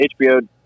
HBO